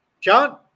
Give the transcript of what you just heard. John